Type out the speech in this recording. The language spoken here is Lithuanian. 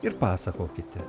ir pasakokite